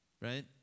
right